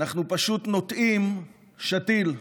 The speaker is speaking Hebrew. אנחנו פשוט נוטעים שתיל,